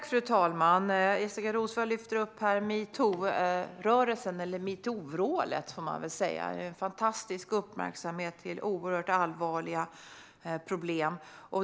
Fru talman! Jessika Roswall lyfte upp metoo-rörelsen - eller metoo-vrålet, får man väl säga - som har riktat en fantastisk uppmärksamhet mot oerhört allvarliga problem.